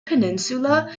peninsula